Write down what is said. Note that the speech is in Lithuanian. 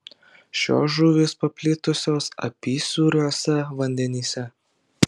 šios žuvys paplitusios apysūriuose vandenyse